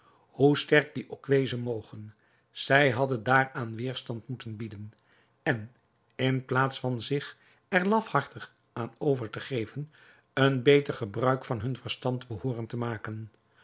hoe sterk die ook wezen moge zij hadden daaraan weêrstand moeten bieden en in plaats van zich er lafhartig aan over te geven een beter gebruik van hun verstand behooren te maken